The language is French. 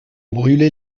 brûlait